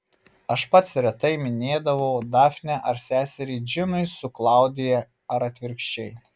aš pats retai minėdavau dafnę ar seserį džinui su klaudija ar atvirkščiai